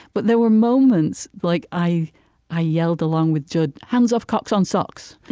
but there were moments like i i yelled along with jud, hands off cocks on socks!